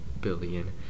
billion